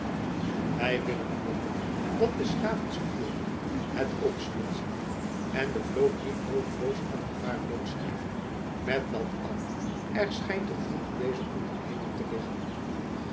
wij willen hopen dat des graven stuurlieden het ook zullen zien en de vloot niet noodeloos aan gevaar blootstellen met dat al er schijnt een vloek op deze onderneming te liggen